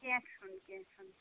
کینٛہ چھُنہٕ کینٛہہ چھُنہٕ